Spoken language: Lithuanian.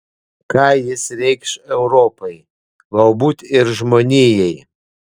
ką jis reikš europai galbūt ir žmonijai